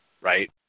Right